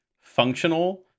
functional